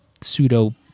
pseudo